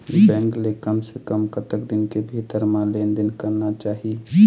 Bank ले कम से कम कतक दिन के भीतर मा लेन देन करना चाही?